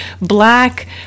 black